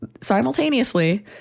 simultaneously